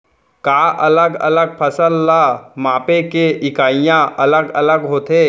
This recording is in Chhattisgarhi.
का अलग अलग फसल ला मापे के इकाइयां अलग अलग होथे?